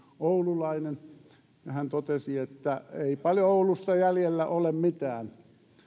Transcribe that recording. oululainen ja hän totesi että ei ole oulusta jäljellä paljon mitään